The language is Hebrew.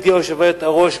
גברתי היושבת-ראש,